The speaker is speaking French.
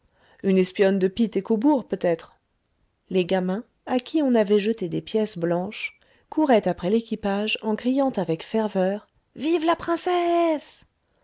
une espionne de pitt et cobourg peut-être les gamins à qui on avait jeté des pièces blanches couraient après l'équipage en criant avec ferveur vive la princesse